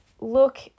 look